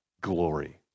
glory